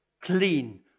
clean